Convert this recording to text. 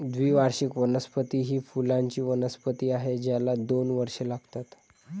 द्विवार्षिक वनस्पती ही फुलांची वनस्पती आहे ज्याला दोन वर्षे लागतात